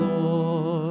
Lord